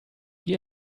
die